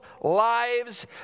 lives